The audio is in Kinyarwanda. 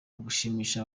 ugushimisha